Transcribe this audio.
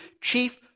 chief